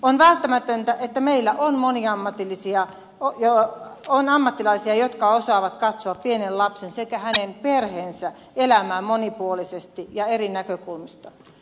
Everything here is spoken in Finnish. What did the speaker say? on välttämätöntä että meillä on moniammatillisia on ammattilaisia jotka osaavat katsoa pienen lapsen sekä hänen perheensä elämää monipuolisesti ja eri näkökulmista